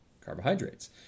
carbohydrates